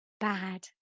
bad